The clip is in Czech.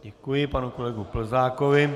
Děkuji panu kolegovi Plzákovi.